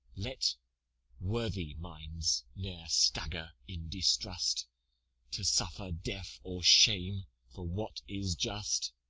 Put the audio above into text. let worthy minds ne'er stagger in distrust to suffer death or shame for what is just